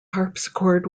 harpsichord